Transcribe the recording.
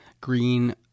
green